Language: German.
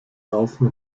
laufen